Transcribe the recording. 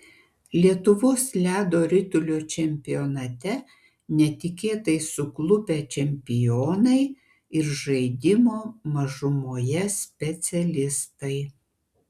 lietuvos ledo ritulio čempionate netikėtai suklupę čempionai ir žaidimo mažumoje specialistai